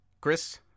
chris